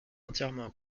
entièrement